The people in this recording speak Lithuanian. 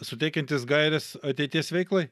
suteikiantis gaires ateities veiklai